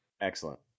Excellent